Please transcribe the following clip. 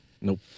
Nope